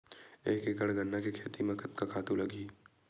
एक एकड़ गन्ना के खेती म कतका खातु लगही?